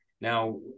Now